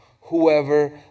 whoever